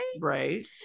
Right